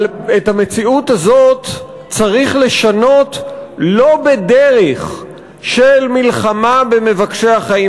אבל את המציאות הזאת צריך לשנות לא בדרך של מלחמה במבקשי החיים